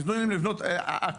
נותנים להם לבנות הכל,